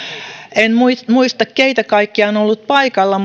en muista muista keitä kaikkia on ollut paikalla